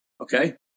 okay